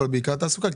אבל בעיקר תעסוקה,